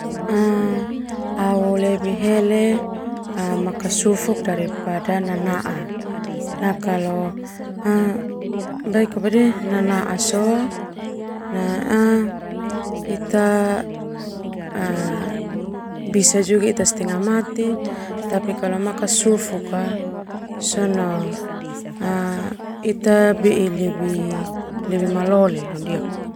Au lebih hele makasufuk daripada nanaa. Nah kalo ita bisa juga ita setengah mati klau makasufuk sona ita lebih malole londiak.